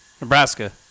Nebraska